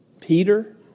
Peter